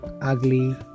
ugly